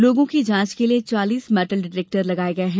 लोगों की जांच के लिए चालीस मेडल डिटेक्टर लगाये गये हैं